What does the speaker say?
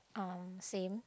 um same